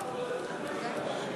סל קליטה (תיקון, זכאות יוצאים